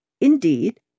Indeed